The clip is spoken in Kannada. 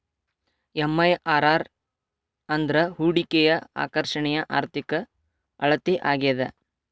ಎಂ.ಐ.ಆರ್.ಆರ್ ಅಂದ್ರ ಹೂಡಿಕೆಯ ಆಕರ್ಷಣೆಯ ಆರ್ಥಿಕ ಅಳತೆ ಆಗ್ಯಾದ